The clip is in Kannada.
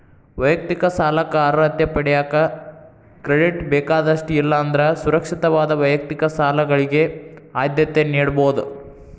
ವೈಯಕ್ತಿಕ ಸಾಲಕ್ಕ ಅರ್ಹತೆ ಪಡೆಯಕ ಕ್ರೆಡಿಟ್ ಬೇಕಾದಷ್ಟ ಇಲ್ಲಾ ಅಂದ್ರ ಸುರಕ್ಷಿತವಾದ ವೈಯಕ್ತಿಕ ಸಾಲಗಳಿಗೆ ಆದ್ಯತೆ ನೇಡಬೋದ್